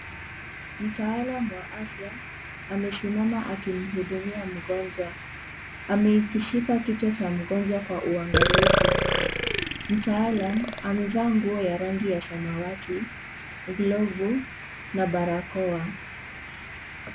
Mtaalam wa afya amesimama amesimama akimhudumia mgonjwa amekishika kichwa cha mgonjwa kwa uangalifu, mtaalam amevaa nguo ya rangi ya samawati glovu na barakoa.